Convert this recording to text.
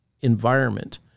environment